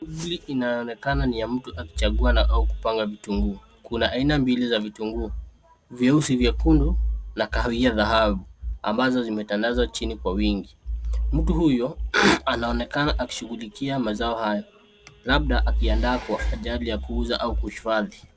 Shughuli inaonekana ni ya mtu akichagua au kupanga vitunguu. Kuna aina mbili vya vitunguu, vyeusi vyekundu na kahawia dhahabu, ambazo zimetandazwa chini kwa wingi. Mtu huyo anaonekana akishughulikia mazao hayo, labda akiandaa kwa ajili ya kuuza au kuhifadhi.